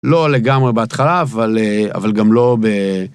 לא לגמרי בהתחלה, אבל גם לא ב...